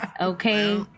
Okay